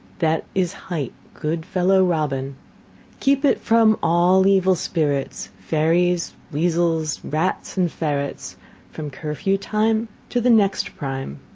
that is hight good-fellow robin keep it from all evil spirits. fairies, weezels, rats, and ferrets from curfew time to the next prime.